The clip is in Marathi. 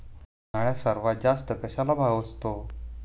उन्हाळ्यात सर्वात जास्त कशाला भाव असतो?